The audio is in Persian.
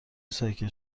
ساکت